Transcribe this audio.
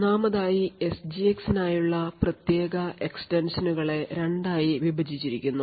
ഒന്നാമതായി എസ്ജിഎക്സിനായുള്ള പ്രത്യേക എക്സ്റ്റൻഷനുകളെ രണ്ടായി വിഭജിച്ചിരിക്കുന്നു